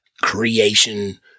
creation